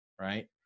right